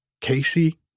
Casey